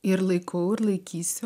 ir laiku laikysiu